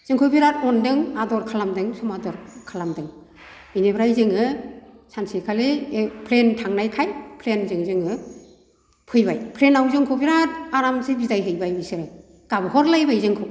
जोंखौ बिराद अनदों आदर खालामदों समादर खालामदों बिनिफ्राय जोङो सानसेखालि प्लेन थांनायखाय प्लेनजों जोङो फैबाय प्लेनआव जोंखौ बिराद आरामसे बिदायहैबाय बिसोर गाबहरलायबाय जोंखौ